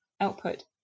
output